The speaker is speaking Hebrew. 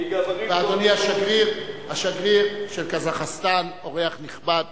אדוני השגריר של קזחסטן, אורח נכבד